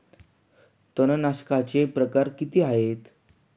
तणनाशकाचे प्रकार किती आहेत?